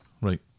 Right